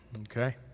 Okay